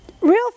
Real